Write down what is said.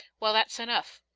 well, that's enough,